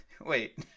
Wait